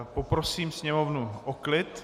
Poprosím Sněmovnu o klid.